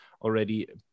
already